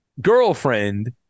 girlfriend